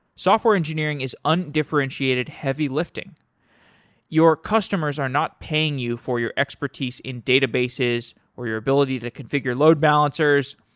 software engineering is undifferentiated heavy-lifting. your customers are not paying you for your expertise in databases, or your ability to configure load balancers.